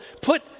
Put